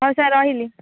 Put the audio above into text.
ହଉ ସାର୍ ରହିଲି